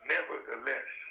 Nevertheless